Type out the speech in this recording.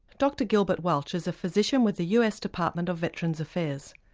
dr gilbert welch is a physician with the us department of veterans affairs.